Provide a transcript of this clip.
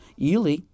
Ely